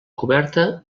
coberta